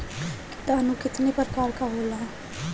किटानु केतना प्रकार के होला?